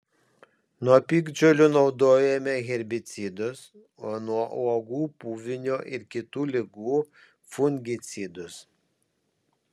nuo piktžolių naudojome herbicidus o nuo uogų puvinio ir kitų ligų fungicidus